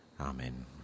Amen